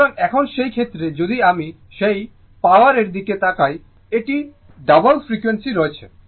সুতরাং এখন সেই ক্ষেত্রে যদি আমি সেই পাওয়ারের দিকে তাকাই এটি দ্বিগুণ ফ্রিকোয়েন্সিতে রয়েছে